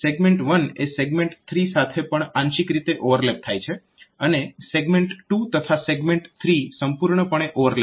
segment 1 એ segment 3 સાથે પણ આંશિક રીતે ઓવરલેપ થાય છે અને સેગમેન્ટ 2 તથા સેગમેન્ટ 3 સંપૂર્ણપણે ઓવરલેપ થાય છે